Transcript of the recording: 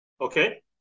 Okay